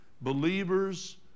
Believers